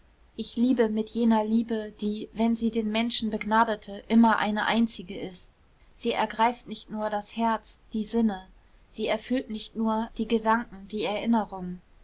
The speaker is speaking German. ich liebe mit jener liebe die wenn sie den menschen begnadete immer eine einzige ist sie ergreift nicht nur das herz die sinne sie erfüllt nicht nur die gedanken die erinnerung